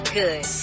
good